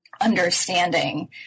understanding